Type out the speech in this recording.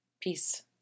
Peace